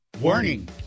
Warning